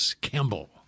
Campbell